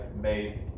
made